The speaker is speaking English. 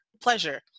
pleasure